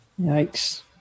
Yikes